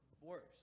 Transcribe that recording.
Worse